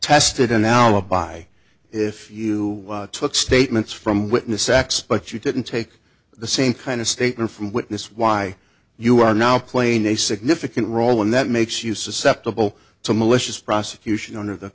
tested an alibi if you took statements from witness x but you didn't take the same kind of statement from witness why you are now playing a significant role and that makes you susceptible to malicious prosecution under the